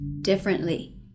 differently